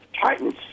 Titans